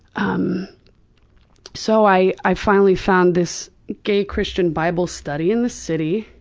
um so i i finally found this gay christian bible study in the city.